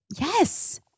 Yes